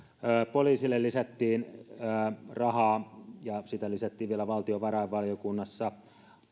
poliisille lisättiin rahaa ja sitä lisättiin vielä valtiovarainvaliokunnassa